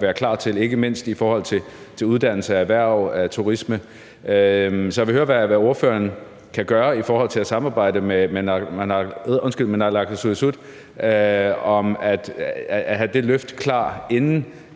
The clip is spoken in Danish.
være klar til, ikke mindst i forhold til uddannelse, erhverv, turisme. Så jeg vil høre, hvad ordføreren kan gøre i forhold til at samarbejde med naalakkersuisut om at have det løft klar, inden